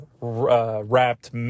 wrapped